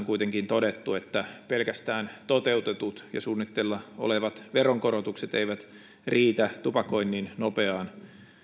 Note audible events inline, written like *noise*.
*unintelligible* kuitenkin todettu että pelkästään toteutetut ja suunnitteilla olevat veronkorotukset eivät riitä tupakoinnin nopeaan